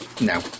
no